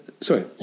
Sorry